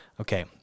okay